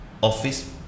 office